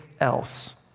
else